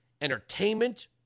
entertainment